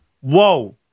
Whoa